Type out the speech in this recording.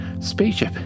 Spaceship